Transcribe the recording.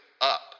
up